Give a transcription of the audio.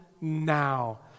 now